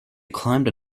climbed